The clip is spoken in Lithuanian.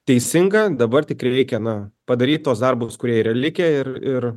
teisinga dabar tik reikia na padaryt tuos darbus kurie yra likę ir ir